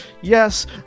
Yes